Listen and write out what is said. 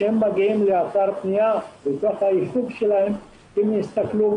שכאשר הם מגיעים לאתר בנייה בישוב שלהם הם יסתכלו